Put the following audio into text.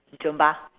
zumba